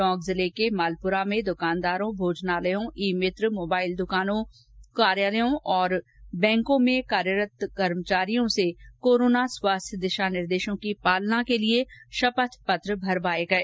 टोंक जिले के मालपुरा में दुकानदारों भोजनालयों ई भित्र मोबाइल दुकानों कार्यालयों और बैंकों में कार्यरत कर्मचारियों से कोरोना स्वास्थ्य दिशा निर्देशों की पालना के लिए शपंथ पत्र भी भरवाए गए